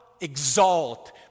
exalt